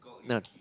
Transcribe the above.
no